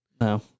No